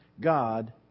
God